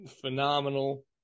phenomenal